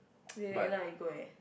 you end up you go where